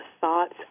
thoughts